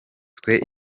twe